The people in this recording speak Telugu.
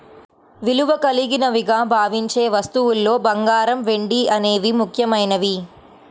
విలువ కలిగినవిగా భావించే వస్తువుల్లో బంగారం, వెండి అనేవి ముఖ్యమైనవి